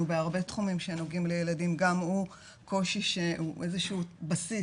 בהרבה תחומים שנוגעים לילדים גם הוא קושי שהוא איזשהו בסיס